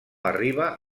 arriba